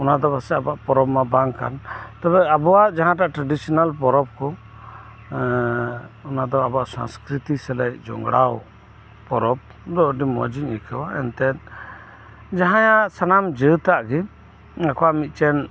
ᱚᱱᱟᱫᱚ ᱵᱟᱥᱮᱜ ᱟᱵᱩᱣᱟᱜ ᱯᱚᱨᱚᱵ ᱢᱟ ᱵᱟᱝᱠᱟᱱ ᱛᱚᱵᱮ ᱟᱵᱩᱣᱟᱜ ᱡᱟᱦᱟᱸ ᱴᱨᱮᱰᱤᱥᱚᱱᱟᱞ ᱯᱚᱨᱚᱵᱠᱩ ᱚᱱᱟᱫᱚ ᱟᱵᱩᱣᱟᱜ ᱥᱚᱝᱥᱠᱨᱤᱛᱤ ᱥᱮᱞᱮᱫ ᱡᱚᱲᱟᱣ ᱯᱚᱨᱚᱵ ᱫᱚ ᱟᱹᱰᱤ ᱢᱚᱪᱤᱧ ᱟᱹᱭᱠᱟᱹᱣᱟ ᱮᱱᱛᱮᱡ ᱡᱟᱦᱟᱸᱭᱟᱜ ᱥᱟᱱᱟᱢ ᱡᱟᱹᱛᱟᱜ ᱜᱤ ᱟᱠᱩᱣᱟᱜ ᱢᱤᱫᱴᱮᱱ